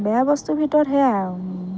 বেয়া বস্তুৰ ভিতৰত সেইয়াই আৰু